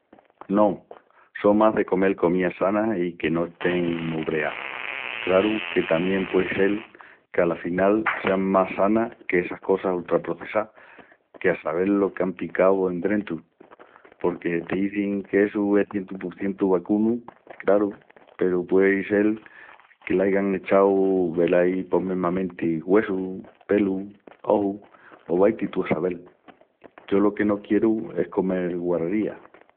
No, só más de comel comías sanas i que no estean mu breás. Craru, que tamién puei sel qu'afinal sean más sanas qu'essas cosas ultraprocessás qu'a sabel lo qu'án picau endrentu, porque t'izin qu'essu es cientu por cientu vacunu, craru, peru puei sel que l'aigan echau velái pos mesmamenti güessus, pelus, ojus o vai--ti tú a sabel. Yo lo que no quieru es comel guarrerías.